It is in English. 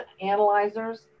analyzers